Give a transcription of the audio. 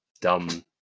dumb